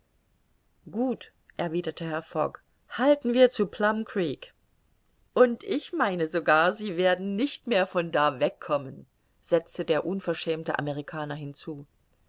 gut erwiderte herr fogg halten wir zu plum creek und ich meine sogar sie werden nicht mehr von da wegkommen setzte der unverschämte amerikaner hinzu